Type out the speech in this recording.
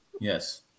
Yes